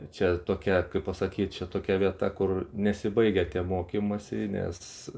čia tokia kaip pasakyt čia tokia vieta kur nesibaigia tie mokymasi nes